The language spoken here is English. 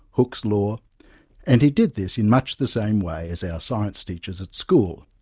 hooke's law and he did this in much the same way as our science teachers at school.